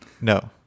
No